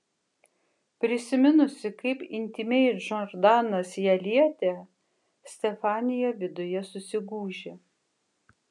prisiminusi kaip intymiai džordanas ją lietė stefanija viduje susigūžė